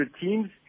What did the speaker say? teams